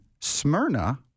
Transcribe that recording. Smyrna